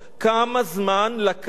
כמה זמן לקח